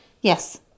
yes